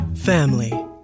family